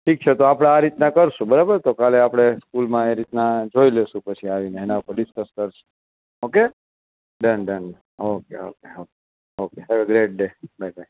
ઠીક છે તો આપણે આ રીતના કરશું બરાબર તો કાલે આપણે સ્કૂલમાં એ રીતના જોઈ લઈશું પછી એના ઉપર ડિસકસ કરશું okay done done okay okay okay have a great day bye by